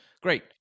great